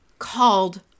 called